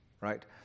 right